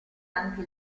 anche